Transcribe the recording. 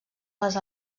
les